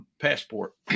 passport